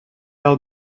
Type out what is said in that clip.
are